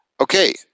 Okay